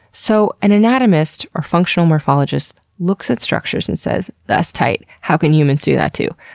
so an anatomist, or functional morphologist, looks at structures and says, that's tight. how can humans do that too?